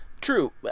True